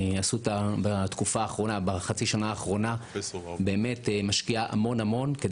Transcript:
אסותא בחצי שנה האחרונה משקיעה המון על מנת